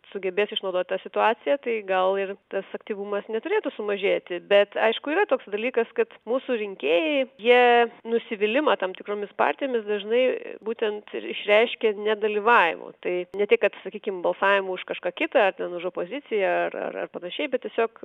sugebės išnaudot tą situaciją tai gal ir tas aktyvumas neturėtų sumažėti bet aišku yra toks dalykas kad mūsų rinkėjai jie nusivylimą tam tikromis partijomis dažnai būtent ir išreiškia nedalyvavimu tai ne tik kad sakykim balsavimu už kažką kitą ten už opoziciją ar ar panašiai bet tiesiog